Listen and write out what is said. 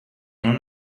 non